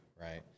right